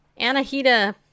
Anahita